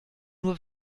nur